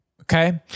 Okay